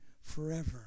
forever